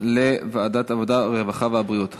את הנושא לוועדת העבודה, הרווחה והבריאות נתקבלה.